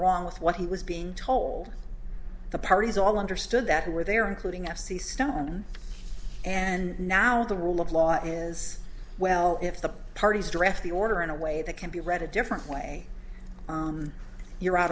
wrong with what he was being told the parties all understood that we were there including f c stone and now the rule of law is well if the parties dress the order in a way that can be read a different way you're out